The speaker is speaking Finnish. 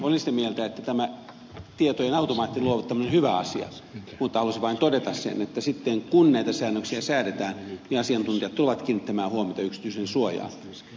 olen sitä mieltä että tämä tietojen automaattinen luovuttaminen on hyvä asia mutta haluaisin vain todeta sen että sitten kun näitä säännöksiä säädetään asiantuntijat tulevat kiinnittämään huomiota yksityisyyden suojaan